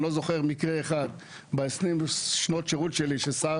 אני לא זוכר מקרה אחד ב-20 שנות שירות שלי ששר